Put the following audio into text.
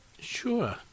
Sure